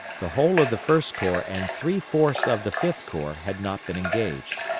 the whole of the first corps and three-fourths of the fifth corps had not been engaged.